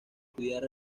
estudiar